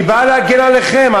היא באה להגן עליכם,